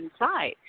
inside